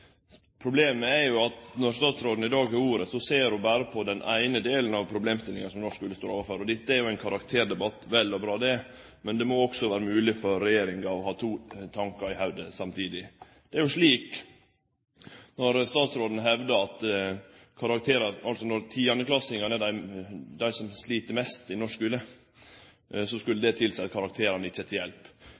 Problemet er jo at når statsråden i dag har ordet, ser ho berre på den eine delen av problemstillinga som norsk skule står overfor. Dette er jo ein karakterdebatt – vel og bra, men det må også vere mogleg for regjeringa å ha to tankar i hovudet samtidig. Statsråden hevdar at når 10.-klassingane er dei som slit mest i norsk skule, skulle det tilseie at karakterane ikkje er til hjelp.